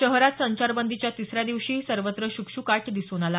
शहरात संचारबंदीच्या तिसऱ्या दिवशीही सर्वत्र शुकशुकाट दिसून आला